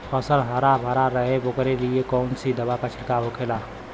फसल हरा भरा रहे वोकरे लिए कौन सी दवा का छिड़काव होखेला?